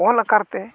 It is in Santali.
ᱚᱞ ᱟᱠᱟᱨᱛᱮ